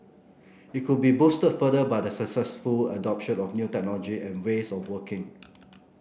it could be boosted further by the successful adoption of new technology and ways of working